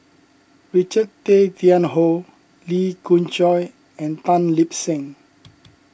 Richard Tay Wian Hoe Lee Khoon Choy and Tan Lip Seng